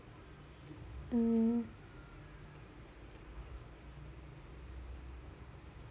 mmhmm